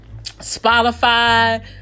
Spotify